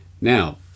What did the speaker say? Now